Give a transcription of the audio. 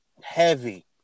heavy